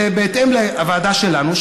בהתאם לוועדה שלנו,